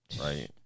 right